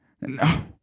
no